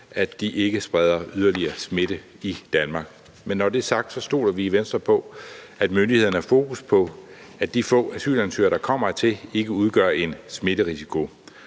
at de ikke spreder yderligere smitte i Danmark. Men når det er sagt, stoler vi i Venstre på, at myndighederne har fokus på, at de få asylansøgere, der kommer hertil, ikke udgør en smitterisiko.